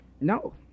no